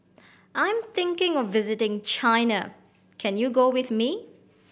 I'm thinking of visiting China can you go with me